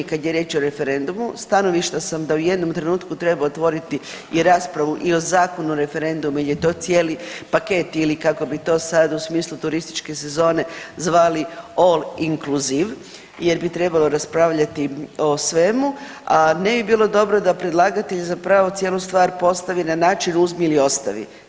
I kad je riječ o referendumu stanovišta sam da u jednom trenutku treba otvoriti i raspravu i o Zakonu o referendumu jer je to cijeli paket ili kao bi to sad u smislu turističke sezone zvali all incluzive jer bi trebalo raspravljati o svemu, a ne bi bilo dobro da predlagatelj zapravo cijelu stvari postavi na način uzmi ili ostavi.